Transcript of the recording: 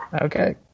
Okay